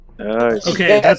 Okay